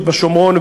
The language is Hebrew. ההתיישבות בשומרון,